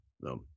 no